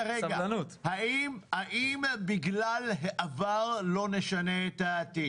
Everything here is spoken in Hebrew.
האם בגלל העבר לא נשנה את העתיד?